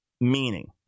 meaning